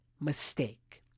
mistake